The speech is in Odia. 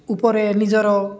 ଉପରେ ନିଜର